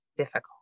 difficult